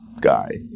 guy